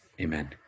Amen